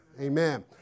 Amen